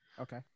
Okay